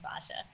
sasha